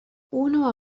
uno